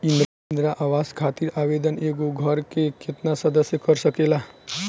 इंदिरा आवास खातिर आवेदन एगो घर के केतना सदस्य कर सकेला?